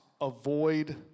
avoid